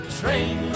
train